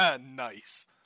nice